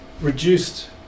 reduced